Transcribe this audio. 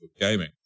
Gaming